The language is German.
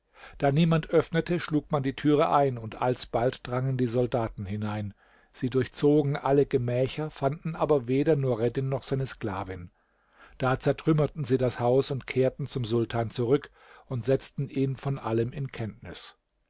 da niemand öffnete schlug man die türe ein und alsbald drangen die soldaten hinein sie durchzogen alle gemächer fanden aber weder nureddin noch seine sklavin da zertrümmerten sie das haus und kehrten zum sultan zurück und setzten ihn von allem in kenntnis